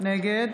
נגד